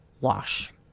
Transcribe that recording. wash